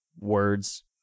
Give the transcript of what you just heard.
words